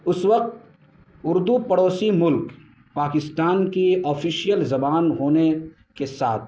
اس وقت اردو پڑوسی ملک پاکستان کی آفیشیل زبان ہونے کے ساتھ